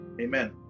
Amen